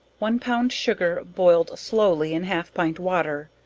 one pound sugar boiled slowly in half pint water,